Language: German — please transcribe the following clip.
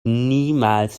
niemals